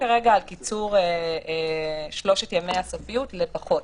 כרגע על קיצור שלושת ימי הסופיות לפחות.